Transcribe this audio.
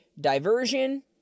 Diversion